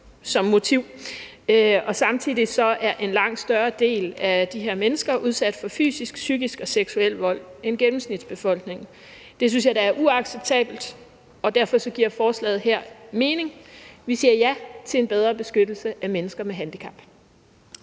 som motiv, og samtidig er en langt større del af de her mennesker udsat for fysisk, psykisk og seksuel vold end gennemsnitsbefolkningen. Det synes jeg da er uacceptabelt, og derfor giver forslaget her mening. Vi siger ja til en bedre beskyttelse af mennesker med handicap.